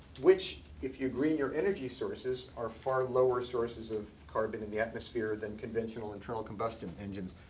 which, if you agree on your energy sources, are far lower sources of carbon in the atmosphere than conventional internal combustion engines.